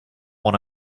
one